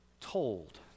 told